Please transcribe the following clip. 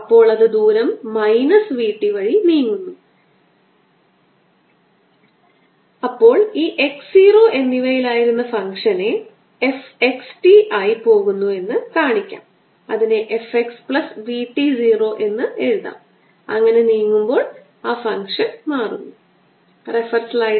അതിനാൽ ഗൌസ്സ് ന്റെ നിയമപ്രകാരം r 1 അകലെയുള്ള പോസിറ്റീവ് ചാർജ് സിലിണ്ടറിലേക്ക് ഞാൻ നോക്കിയാൽ ആദ്യം E റേഡിയൽ ദിശയിൽ മാത്രമായിരിക്കും